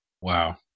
Wow